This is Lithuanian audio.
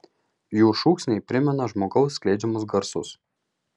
jų šūksniai primena žmogaus skleidžiamus garsus